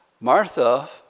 Martha